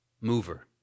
mover